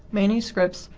manuscripts,